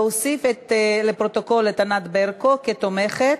להוסיף לפרוטוקול את ענת ברקו כתומכת.